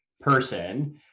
person